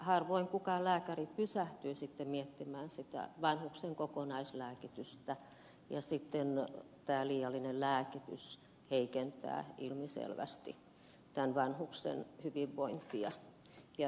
harvoin kukaan lääkäri pysähtyy miettimään sitä vanhuksen kokonaislääkitystä ja sitten tämä liiallinen lääkitys heikentää ilmiselvästi tämän vanhuksen hyvinvointia ja elämisen mahdollisuuksia